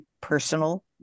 personal